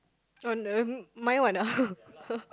oh uh my one ah